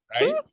right